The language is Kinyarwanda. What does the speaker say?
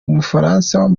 umufaransa